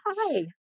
Hi